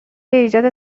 ایجاد